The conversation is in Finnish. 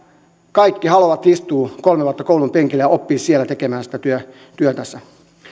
kaikki haluavat istua kolme vuotta koulun penkillä ja oppia siellä tekemään sitä työtänsä